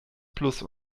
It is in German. plus